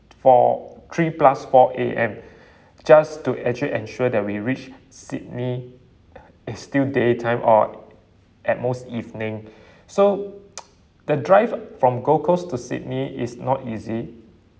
four three plus four A_M just to actually ensure that we reached sydney is still daytime or at most evening so the drive from gold coast to sydney is not easy